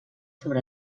sobre